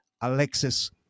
Alexis